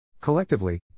Collectively